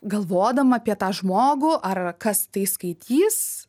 galvodama apie tą žmogų ar kas tai skaitys